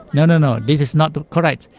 no, no, no, this is not correct.